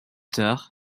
tard